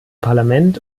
parlament